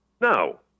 No